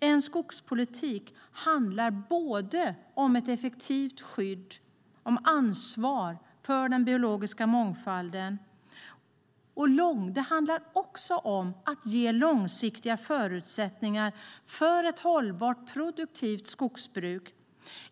En skogspolitik handlar om både ett effektivt skydd och ett ansvar för den biologiska mångfalden. Det handlar också om att ge långsiktiga förutsättningar för ett hållbart produktivt skogsbruk.